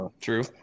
True